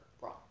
wrong